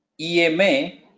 EMA